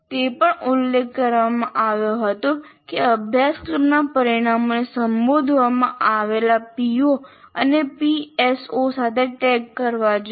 તે પણ ઉલ્લેખ કરવામાં આવ્યો હતો કે અભ્યાસક્રમના પરિણામને સંબોધવામાં આવેલા પીઓ અને પીએસઓ સાથે ટેગ કરવા જોઈએ